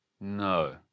No